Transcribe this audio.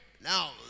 Now